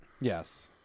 Yes